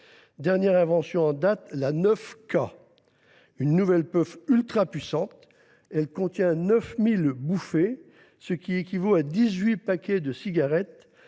dernière invention en date est la 9K, une nouvelle puff ultrapuissante qui contient 9 000 bouffées, ce qui équivaut à 18 paquets de cigarettes